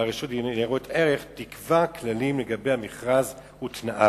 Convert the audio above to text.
והרשות לניירות ערך תקבע כללים לגבי המכרז ותנאיו.